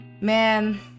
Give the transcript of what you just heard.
Man